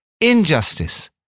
injustice